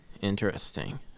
Interesting